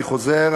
אני חוזר,